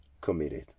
committed